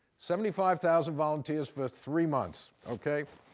seventy five thousand volunteers for three months, okay?